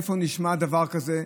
איפה נשמע דבר כזה,